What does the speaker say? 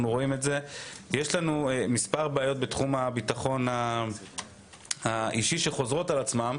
יש לנו מספר בעיות בתחום הביטחון האישי שחוזרות על עצמן.